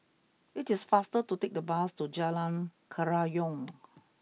it is faster to take the bus to Jalan Kerayong